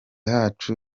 hacu